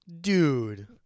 Dude